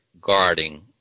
guarding